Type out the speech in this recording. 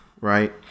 right